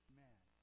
man